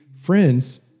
friends